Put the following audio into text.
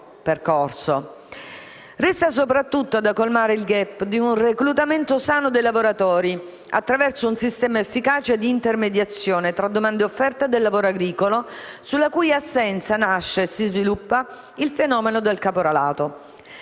resta soprattutto da colmare il *gap* di un reclutamento sano dei lavoratori attraverso un sistema efficace di intermediazione tra la domanda e l'offerta del lavoro agricolo, sulla cui assenza nasce e si sviluppa il fenomeno del caporalato;